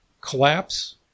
collapse